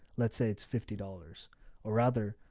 let's say it's fifty dollars or other.